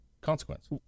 consequence